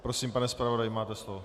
Prosím, pane zpravodaji, máte slovo.